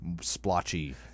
splotchy